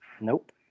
Nope